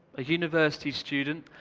a university student,